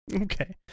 Okay